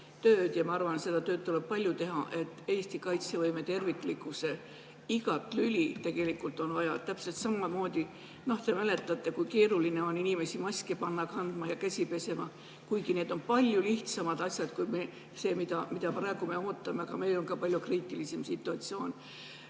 tööd ja ma arvan, et seda tööd tuleb palju teha, Eesti kaitsevõime terviklikkuse igat lüli on tegelikult vaja. Täpselt samamoodi – te mäletate seda – oli keeruline panna inimesi maske kandma ja käsi pesema, kuigi need on palju lihtsamad asjad kui see, mida me praegu ootame, aga nüüd on ka palju kriitilisem situatsioon.